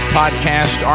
podcast